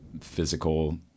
physical